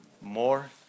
more